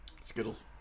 Skittles